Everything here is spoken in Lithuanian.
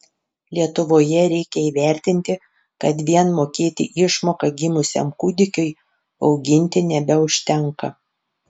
lietuvoje reikia įvertinti kad vien mokėti išmoką gimusiam kūdikiui auginti nebeužtenka